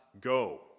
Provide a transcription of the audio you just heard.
go